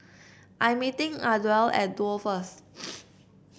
I'm meeting Ardelle at Duo first